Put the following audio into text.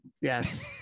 yes